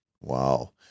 Wow